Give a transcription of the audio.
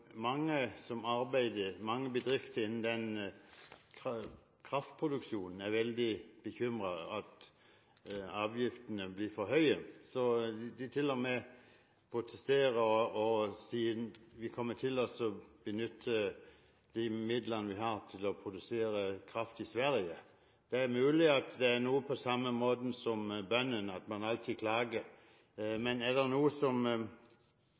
at de kommer til å benytte de midlene de har til å produsere kraft i Sverige. Det er mulig det er på samme måten som med bøndene, at man alltid klager, men er det noe som